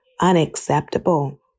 unacceptable